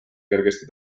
kergesti